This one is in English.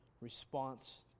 response